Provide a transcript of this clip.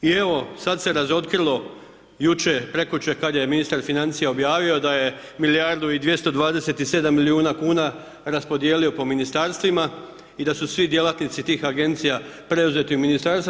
I evo, sad se razotkrilo jučer, prekjučer, kad je ministar financija objavio da je milijardu i 227 milijuna kuna raspodijelio po Ministarstvima i da su svi djelatnici tih Agencija preuzeti u Ministarstva.